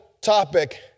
topic